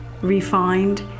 refined